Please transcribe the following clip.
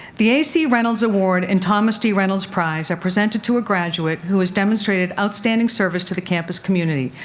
the a c. reynolds award and thomas d. reynolds prize are presented to a graduate who has demonstrated outstanding service to the campus community.